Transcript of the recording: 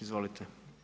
Izvolite.